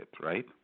right